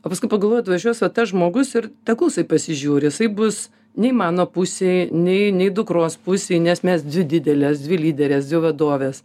o paskui pagalvojau atvažiuos va tas žmogus ir tegul jisai pasižiūri jisai bus nei mano pusėj nei nei dukros pusėj nes mes dvi didelės dvi lyderės dvi vadovės